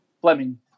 Fleming